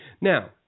Now